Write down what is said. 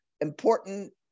important